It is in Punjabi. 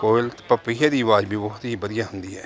ਕੋਇਲ ਪਪੀਹੇ ਦੀ ਆਵਾਜ਼ ਵੀ ਬਹੁਤ ਹੀ ਵਧੀਆ ਹੁੰਦੀ ਹੈ